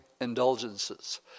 indulgences